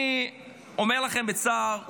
אני אומר לכם בצער,